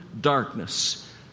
darkness